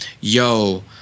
Yo